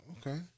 okay